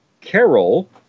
Carol